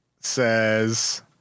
says